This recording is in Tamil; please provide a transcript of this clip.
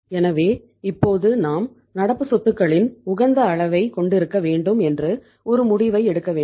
எனவே இப்போது நாம் நடப்பு சொத்துக்களின் உகந்த அளவைக் கொண்டிருக்க வேண்டும் என்று ஒரு முடிவை எடுக்க வேண்டும்